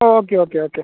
okay okay okay